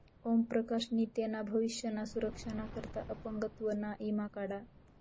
ओम प्रकाश नी तेना भविष्य ना सुरक्षा ना करता अपंगत्व ना ईमा काढा